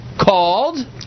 called